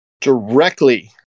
directly